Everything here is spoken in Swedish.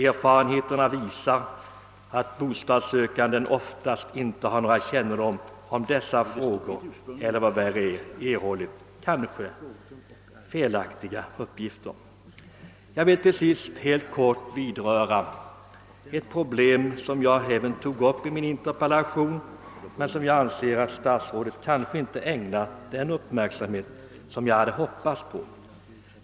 Erfarenheten visar att bostadssökande ofta inte har någon kännedom om dessa frågor eller — vad värre är — erhållit felaktiga uppgifter. Jag vill till sist helt kort vidröra ett problem, som jag tog upp i min interpellation men som jag anser att statsrådet inte ägnat den uppmärksamhet som jag hade hoppats.